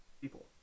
people